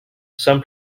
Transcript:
some